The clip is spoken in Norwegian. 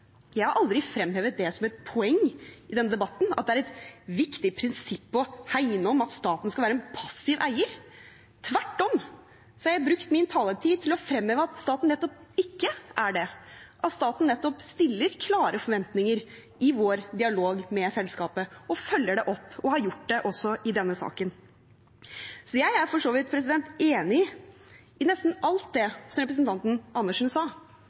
Jeg har aldri fremhevet det som et poeng i denne debatten at det er et viktig prinsipp å hegne om at staten skal være en passiv eier. Tvert om, jeg har brukt min taletid til å fremheve at staten nettopp ikke er det, at staten nettopp stiller klare forventninger i vår dialog med selskapet, at man følger det opp og har gjort det også i denne saken. Jeg er for så vidt enig i nesten alt det som representanten Andersen sa,